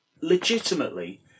legitimately